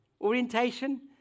Orientation